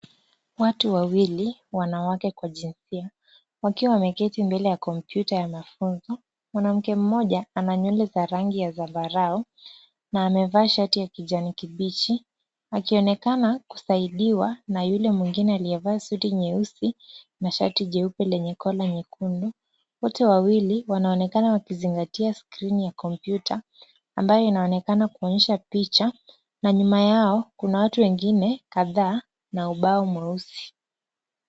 Watu wawili wanawake kwa jinsia, wakiwa wameketi mbele ya kompyuta ya mafunzo. Mwanamke mmoja ana nywele za rangi ya zambarao na amevaa shati la kijani kibichi, akionekana kusaidiwa na yule mwingine aliyevaa suti nyeusi na shati jeupe lenye kola nyekundu. Wote wawili wanaonekana wakizingatia skrini ya kompyuta, ambayo inaonekana kuonyesha picha, na nyuma yao kuna watu wengine kadhaa na ubao mweusi.